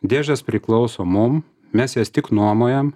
dėžės priklauso mum mes jas tik nuomojam